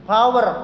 Power